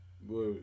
Boy